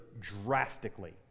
drastically